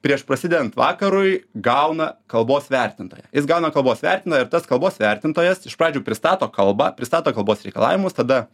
prieš prasidedant vakarui gauna kalbos vertintoją jis gauna kalbos vertintoją ir tas kalbos vertintojas iš pradžių pristato kalbą pristato kalbos reikalavimus tada